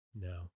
No